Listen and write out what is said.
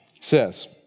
says